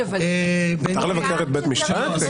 אני